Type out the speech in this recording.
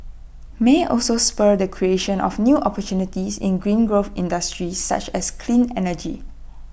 may also spur the creation of new opportunities in green growth industries such as clean energy